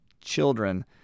children